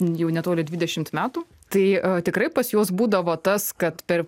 jau netoli dvidešimt metų tai tikrai pas juos būdavo tas kad per